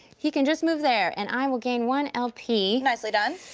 he can just move there. and i will gain one lp. nicely done.